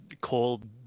cold